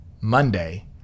Monday